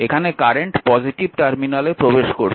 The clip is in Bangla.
এখানে কারেন্ট পজিটিভ টার্মিনালে প্রবেশ করছে